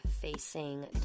facing